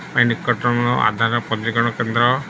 ପାଇଁ ନିକଟମ ଆଧାର ପଞ୍ଜୀକରଣ କେନ୍ଦ୍ର